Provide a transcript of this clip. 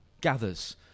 gathers